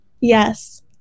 Yes